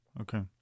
okay